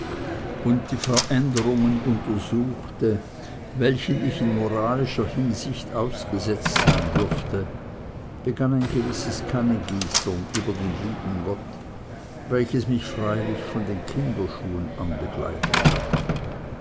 und die veränderungen untersuchte welchen ich in moralischer hinsicht ausgesetzt sein dürfte begann ein gewisses kannegießern über den lieben gott welches mich freilich von den kinderschuhen an begleitet hat